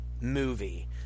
movie